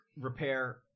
Repair